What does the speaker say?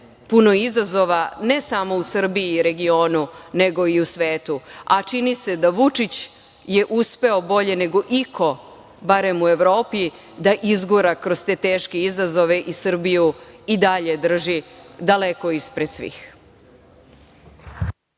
puno izazova, ne samo u Srbiji i regionu, nego i u svetu, a čini se da je Vučić uspeo bolje nego iko, barem u Evropi da izgura kroz te teške izazove i Srbiju i dalje drži daleko ispred svih.